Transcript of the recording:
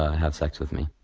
have sex with me.